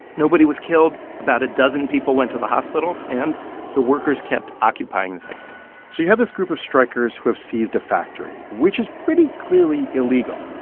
nobody was killed. about a dozen people went to the hospital. and the workers kept occupying the factory so you have this group of strikers who have seized a factory, which is pretty clearly illegal,